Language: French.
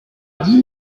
dit